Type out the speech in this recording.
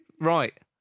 Right